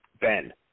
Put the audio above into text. Ben